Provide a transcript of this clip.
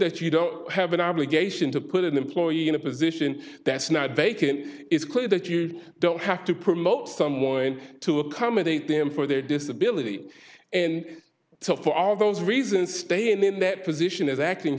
that you don't have an obligation to put an employee in a position that's not vacant it's clear that you don't have to promote someone to accommodate them for their disability and so for all those reasons staying in that position as acting